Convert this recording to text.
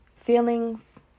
feelings